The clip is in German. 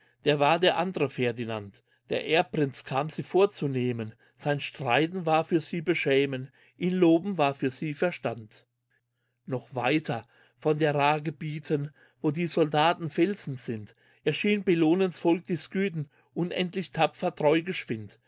der war der andre ferdinand der erbprinz kam sie vorzunehmen sein streiten war für sie beschämen ihr loben war für sie verstand noch weiter von der rha gebieten wo die soldaten felsen sind erschien bellonens volk die scythen unendlich tapfer treu